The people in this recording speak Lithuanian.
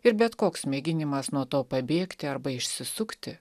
ir bet koks mėginimas nuo to pabėgti arba išsisukti